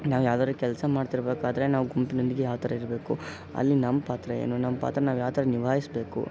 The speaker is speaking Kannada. ನಾವು ಯಾವ್ದಾದ್ರು ಕೆಲಸ ಮಾಡ್ತಿರ್ಬೇಕಾದರೆ ನಾವು ಗುಂಪಿನೊಂದಿಗೆ ಯಾವ ಥರ ಇರಬೇಕು ಅಲ್ಲಿ ನಮ್ಮ ಪಾತ್ರ ಏನು ನಮ್ಮ ಪಾತ್ರ ನಾವು ಯಾವ ಥರ ನಿಭಾಯಿಸಬೇಕು